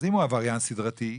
אם הוא עבריין סדרתי,